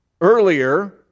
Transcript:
Earlier